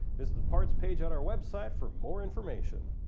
visit the partz page on our website for more information.